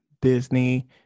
Disney